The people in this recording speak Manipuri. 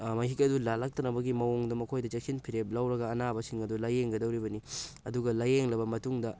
ꯃꯍꯤꯛ ꯑꯗꯨ ꯂꯥꯜꯂꯛꯇꯅꯕꯒꯤ ꯃꯑꯣꯡꯗ ꯃꯈꯣꯏꯗ ꯆꯦꯛꯁꯤꯟ ꯐꯤꯔꯦꯞ ꯂꯧꯔꯒ ꯑꯅꯥꯕꯁꯤꯡ ꯑꯗꯨ ꯂꯥꯏꯌꯦꯡꯒꯗꯧꯔꯤꯕꯅꯤ ꯑꯗꯨꯒ ꯂꯥꯏꯌꯦꯡꯂꯕ ꯃꯇꯨꯡꯗ